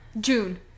June